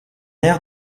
air